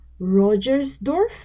Rogersdorf